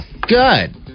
Good